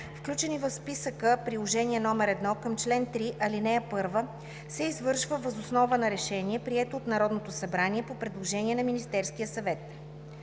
включени в списъка – Приложение № 1 към чл. 3, ал. 1, се извършва въз основа на решение, прието от Народното събрание по предложение на Министерския съвет.